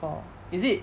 or is it